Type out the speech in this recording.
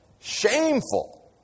shameful